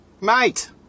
mate